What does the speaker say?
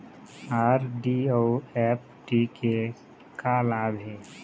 RD अऊ FD के का लाभ हे?